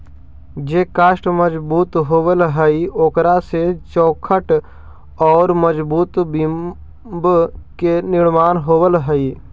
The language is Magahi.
जे काष्ठ मजबूत होवऽ हई, ओकरा से चौखट औउर मजबूत बिम्ब के निर्माण होवऽ हई